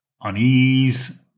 unease